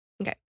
Okay